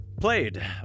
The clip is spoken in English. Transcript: played